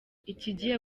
ikigiye